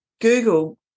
Google